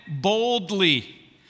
boldly